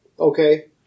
Okay